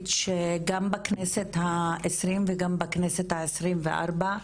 שגם בכנסת העשרים וגם בכנסת העשרים וארבע,